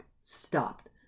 stopped